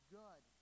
good